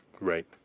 Right